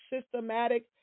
systematic